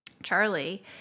Charlie